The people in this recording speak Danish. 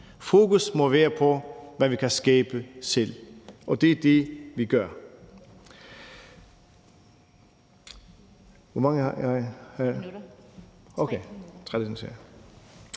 Fokus må være på, hvad vi kan skabe selv, og det er det, vi har.